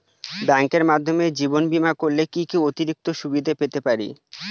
ব্যাংকের মাধ্যমে জীবন বীমা করলে কি কি অতিরিক্ত সুবিধে পেতে পারি?